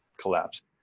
collapsed